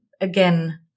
again